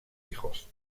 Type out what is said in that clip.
hijos